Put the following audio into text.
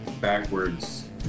backwards